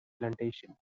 plantation